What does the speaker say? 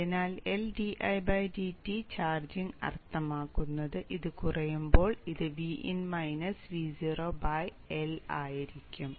അതിനാൽ ചാർജിംഗ് അർത്ഥമാക്കുന്നത് ഇത് കുറയുമ്പോൾ ഇത് L ആയിരിക്കും